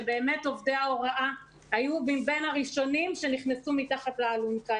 שבאמת עובדי ההוראה היו מבין הראשונים שנכנסו מתחת לאלונקה,